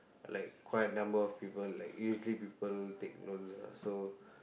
like quite a number of people like usually people take loans ya so